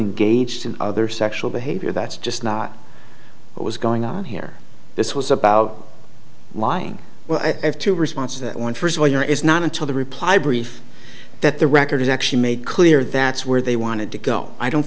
engaged in other sexual behavior that's just not what was going on here this was about lying well i have two responses one first lawyer is not until the reply brief that the record is actually made clear that's where they wanted to go i don't